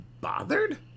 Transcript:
bothered